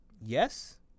yes